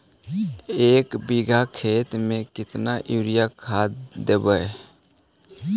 एक बिघा खेत में केतना युरिया खाद देवै?